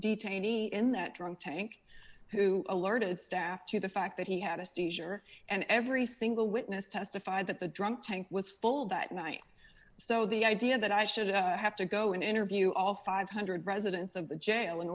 detainee in that drunk tank who alerted staff to the fact that he had a seizure and every single witness testified that the drunk tank was full that night so the idea that i should have to go and interview all five hundred residents of the jail in